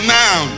now